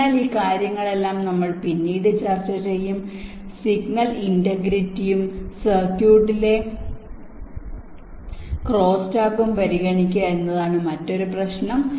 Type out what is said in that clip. അതിനാൽ ഈ കാര്യങ്ങളെല്ലാം നമ്മൾ പിന്നീട് ചർച്ച ചെയ്യും സിഗ്നൽ ഇന്റെഗ്രിറ്റിയും സർക്യൂട്ടുകളിലെ ക്രോസ്റ്റാക്ക്സും പരിഗണിക്കുക എന്നതാണ് മറ്റൊരു പ്രധാന പ്രശ്നം